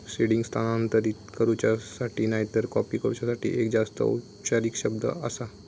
seeding स्थानांतरित करूच्यासाठी नायतर कॉपी करूच्यासाठी एक जास्त औपचारिक शब्द आसा